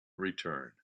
return